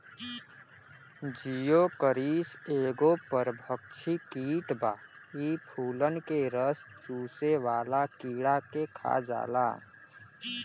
Geocoris एगो परभक्षी कीट बा इ फूलन के रस चुसेवाला कीड़ा के खा जाला